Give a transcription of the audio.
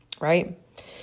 right